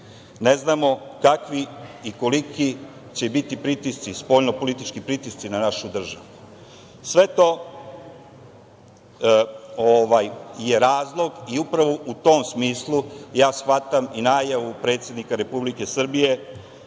Ne znamo kakvi i koliki će biti pritisci, spoljnopolitički pritisci na našu državu. Sve to je razlog i upravo u tom smislu ja shvatam najavu predsednika Republike Srbije